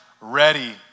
ready